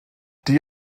die